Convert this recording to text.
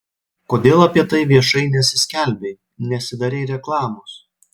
kodėl apie tai viešai nesiskelbei nesidarei reklamos